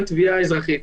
אזרחית.